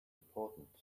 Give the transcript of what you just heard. important